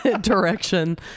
direction